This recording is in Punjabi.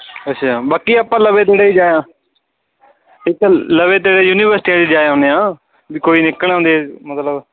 ਅੱਛਿਆ ਬਾਕੀ ਆਪਾਂ ਲਵੇ ਜਿਹੜੇ ਆ ਇੱਕ ਤਾਂ ਲਵੇ ਯੂਨੀਵਰਸਿਟੀਆਂ 'ਚ ਜਾ ਆਉਂਦੇ ਹਾਂ ਵੀ ਕੋਈ ਨਿਕਲ ਆਉਂਦੀ ਆ ਮਤਲਬ